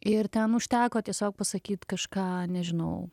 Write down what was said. ir ten užteko tiesiog pasakyti kažką nežinau